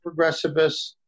progressivists